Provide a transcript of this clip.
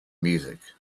music